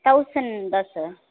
thousand தான் sir